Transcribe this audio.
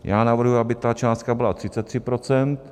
Já navrhuji, aby ta částka byla 33 %.